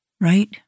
right